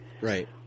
Right